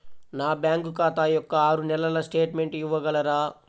నా బ్యాంకు ఖాతా యొక్క ఆరు నెలల స్టేట్మెంట్ ఇవ్వగలరా?